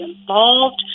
involved